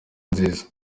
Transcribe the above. nziza